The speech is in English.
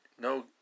no